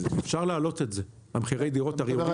אפשר להעלות את זה, מחירי הדירות הרי יורדים.